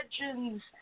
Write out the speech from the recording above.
legends